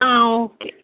ஆ okay